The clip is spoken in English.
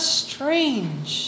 strange